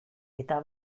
eta